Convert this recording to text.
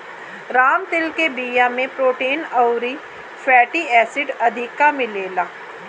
राम तिल के बिया में प्रोटीन अउरी फैटी एसिड अधिका मिलेला